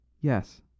Yes